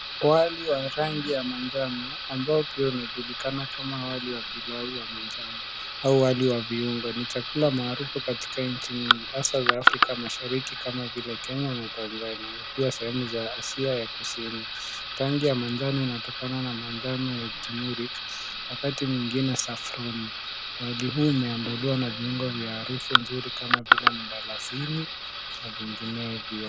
Wali wa manjano ambao pia unajulikana kama wali wa pilau wa manjano au wali wa viungo. Ni chakula maarufu katika nchi nyingi hasa za Afrika mashariki kama vile Kenya na Tanzania na pia sehemu za Asia ya kusini. Rangi ya manjano inatokana na rangi ya tumeric , wakati mwingine safroni. Wali huu umeandaliwa na viungo vya harufu nzuri kama mdalasini na vinginevyo.